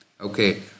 Okay